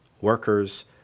workers